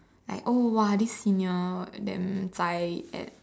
like oh !wah! this senior damn zai at